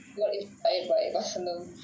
but inspired by vasantham